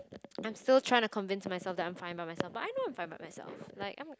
I'm still trying to convince myself that I'm fine by myself but I know I'm fine by myself like I'm